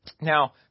Now